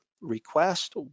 request